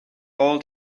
all